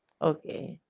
okay